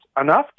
enough